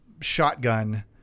shotgun